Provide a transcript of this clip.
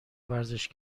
ورزش